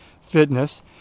fitness